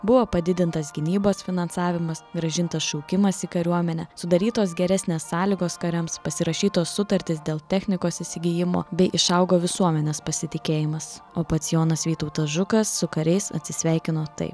buvo padidintas gynybos finansavimas grąžintas šaukimas į kariuomenę sudarytos geresnės sąlygos kariams pasirašytos sutartys dėl technikos įsigijimo bei išaugo visuomenės pasitikėjimas o pats jonas vytautas žukas su kariais atsisveikino taip